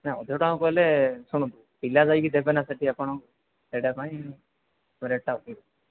ନା ଅଧିକ ଟଙ୍କା କହିଲେ ଶୁଣନ୍ତୁ ପିଲା ଯାଇକି ଦେବେ ନା ସେଠି ଆପଣ ସେଇଟା ପାଇଁ ରେଟ୍ଟା ଅଧିକ